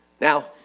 Now